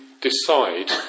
decide